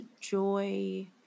joy